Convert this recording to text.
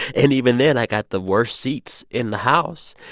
and even then, i got the worst seats in the house.